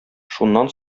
шуннан